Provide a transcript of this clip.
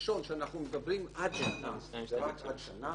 הראשון שאנחנו מדברים עד --- זה רק עד שנה